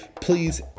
please